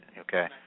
okay